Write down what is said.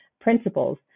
principles